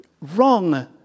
wrong